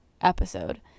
episode